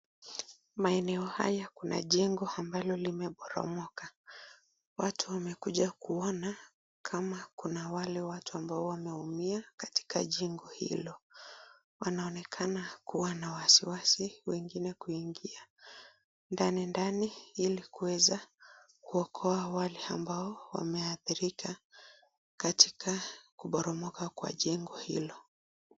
Maeneo haya kuna jengo ambalo limeporomoka, watu wamekuja kuona kama kuna wale ambao wameumia katika jengo hilo. Wanaonekana kuwa na wasiwasi wengine kuingia ndani ndani ili kuweza kuokoa wale wameadhirika katika kuporomoka kwa jengo hilo.